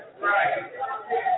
right